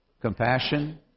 compassion